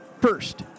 First